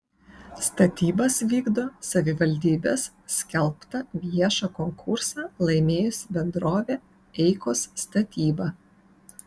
statybas vykdo savivaldybės skelbtą viešą konkursą laimėjusi bendrovė eikos statyba